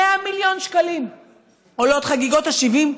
100 מיליון שקלים עולות חגיגות ה-70,